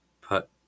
put